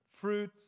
fruit